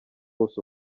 wose